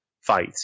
fight